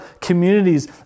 communities